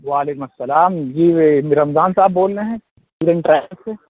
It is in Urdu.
وعلیکم السلام جی بھائی رمضان صاحب بول رہے ہیں ٹور اینڈ ٹریول سے